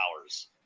hours